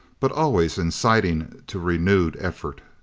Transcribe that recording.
but always inciting to renewed effort.